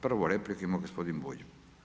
Prvu repliku ima gospodin Bulj.